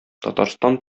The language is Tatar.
татарстан